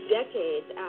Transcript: decades